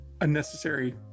unnecessary